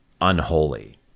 unholy